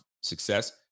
success